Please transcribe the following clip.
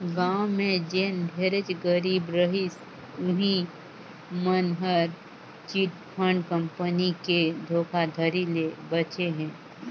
गाँव में जेन ढेरेच गरीब रहिस उहीं मन हर चिटफंड कंपनी के धोखाघड़ी ले बाचे हे